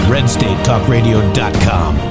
RedstateTalkRadio.com